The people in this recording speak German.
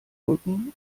rücken